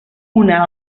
una